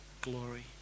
glory